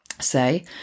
say